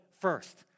first